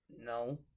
No